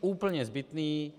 Úplně zbytný.